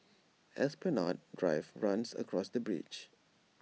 Esplanade Drive runs across the bridge